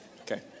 okay